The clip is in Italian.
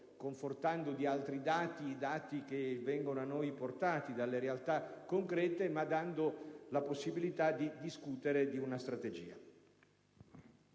confortando con altri dati quelli che vengono a noi portati dalle realtà concrete, ma dando la possibilità di discutere di una strategia.